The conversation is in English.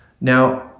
Now